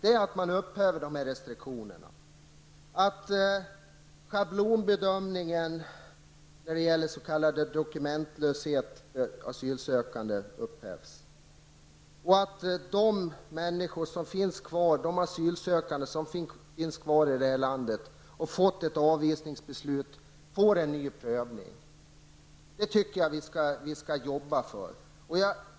Det är att man upphäver restriktionerna som infördes i och med beslutet den 13 december, att schablonbedömningen vid s.k. dokumentlöshet upphävs och att de asylsökande som finns kvar här i landet och som har fått ett avvisningsbeslut får en ny prövning. Det tycker jag att vi skall jobba för.